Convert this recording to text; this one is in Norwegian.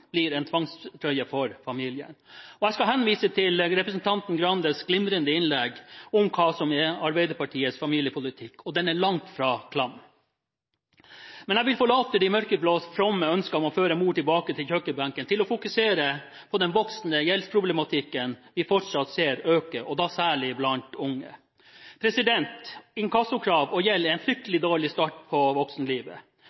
blir en tvangstrøye for familiene. Jeg vil henvise til representanten Arild Grandes glimrende innlegg om hva som er Arbeiderpartiets familiepolitikk, og den er langt fra klam. Men jeg vil forlate de mørkeblås fromme ønsker om å føre mor tilbake til kjøkkenbenken og gå over til å fokusere på den voksende gjeldsproblematikken vi fortsatt ser øker, og da særlig blant unge. Inkassokrav og gjeld er en